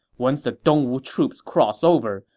once the dongwu troops cross over,